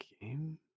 game